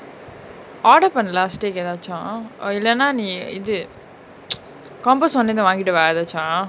order பன்னு:pannu lah first டுக்கு எதாச்சு:tuku ethaachu oh இல்லனா நீ இது:illana nee ithu compass zone lah இருந்து வாங்கிட்டுவா எதாச்சு:irunthu vaangituva ethaachu